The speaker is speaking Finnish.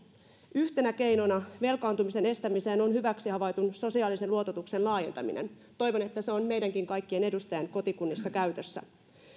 yhtenä keinona velkaantumisen estämiseen on hyväksi havaitun sosiaalisen luototuksen laajentaminen toivon että se on meidänkin kaikkien edustajien kotikunnissa käytössä